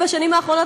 בשנים האחרונות,